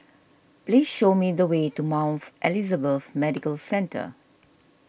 please show me the way to Mount Elizabeth Medical Centre